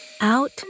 out